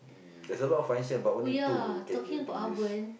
mm there's a lot of function but only two can use be used